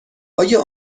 آیا